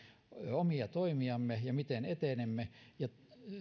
omia toimiamme ja sitä miten etenemme ja